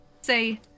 say